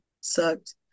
sucked